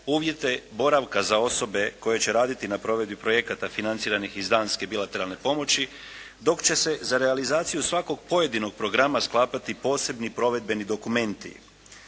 uvjete boravka za osobe koje će raditi na provedbi projekata financiranih iz danske bilateralne pomoći, dok će se za realizaciju svakog pojedinog programa sklapati posebni provedbeni dokumenti.